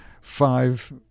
five